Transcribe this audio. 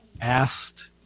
asked